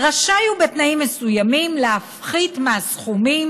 רשאי הוא בתנאים מסוימים להפחית מהסכומים